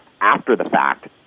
after-the-fact